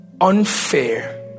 unfair